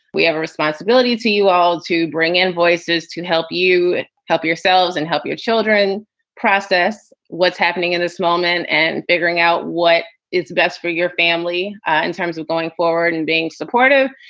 we have a responsibility to you all to bring in voices to help you help yourselves and help your children process what's happening in this moment and figuring out what is best for your family in terms of going forward and being supportive.